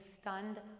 stunned